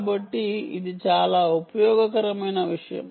కాబట్టి ఇది చాలా ఉపయోగకరమైన విషయం